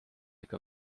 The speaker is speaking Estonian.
ikka